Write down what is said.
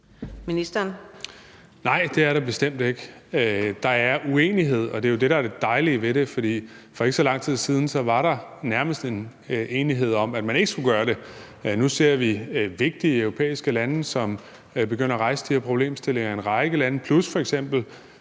Nej, det er der bestemt ikke. Der er uenighed, og det er jo det, der er det dejlige ved det, for for ikke så lang tid siden var der nærmest en enighed om, at man ikke skulle gøre det. Nu ser vi vigtige europæiske lande, som begynder at rejse de her problemstillinger i en række lande, plus f.eks.